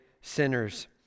sinners